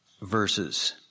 verses